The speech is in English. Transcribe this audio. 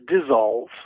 dissolve